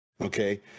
okay